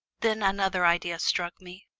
then another idea struck me.